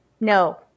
no